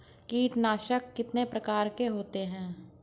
कीटनाशक कितने प्रकार के होते हैं?